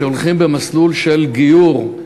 שהולכים במסלול של גיור,